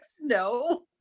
no